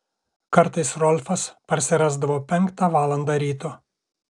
kartais rolfas parsirasdavo penktą valandą ryto